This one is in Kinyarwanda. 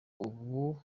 ubu